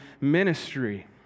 ministry